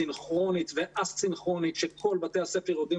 סינכרונית ו-סינכרונית שכל בתי הספר יודעים